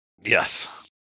Yes